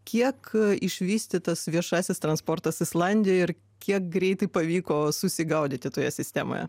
kiek išvystytas viešasis transportas islandijoj ir kiek greitai pavyko susigaudyti toje sistemoje